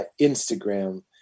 Instagram